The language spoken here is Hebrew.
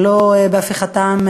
ולא בהפיכתם,